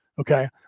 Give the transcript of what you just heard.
Okay